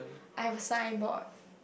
I have a signboard